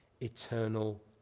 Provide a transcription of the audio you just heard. eternal